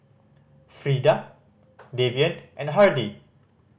Freeda Davian and Hardy